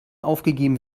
aufgegeben